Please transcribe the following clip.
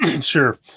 sure